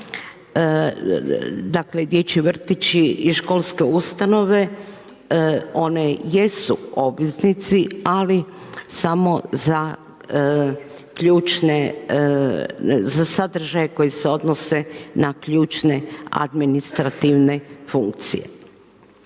Dakle dječji vrtići i školske ustanove, one jesu obveznici ali samo za sadržaje koji se odnose administrativne funkcije.